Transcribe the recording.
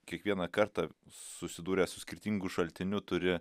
kiekvieną kartą susidūręs su skirtingu šaltiniu turi